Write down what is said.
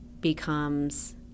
becomes